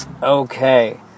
Okay